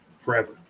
forever